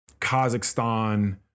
Kazakhstan